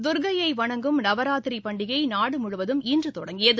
தர்க்கையை வணங்கும் நவராத்திரி பண்டிகை நாடு முழுவதும் இன்று தொடங்கியது